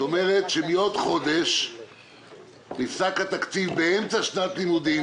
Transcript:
זאת אומרת שמעוד חודש נפסק התקציב באמצע שנת לימודים,